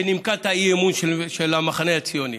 שנימקה את האי-אמון של המחנה הציוני,